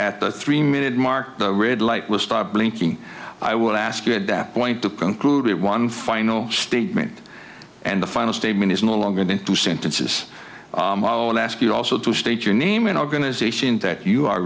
at the three minute mark the red light will start blinking i will ask you at that point to conclude one final statement and the final statement is no longer than two sentences while i ask you also to state your name and organization that you are